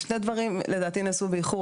לדעתי שני דברים נעשו באיחור.